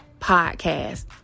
podcast